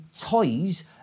toys